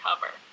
cover